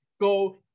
go